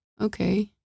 Okay